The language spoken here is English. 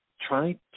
try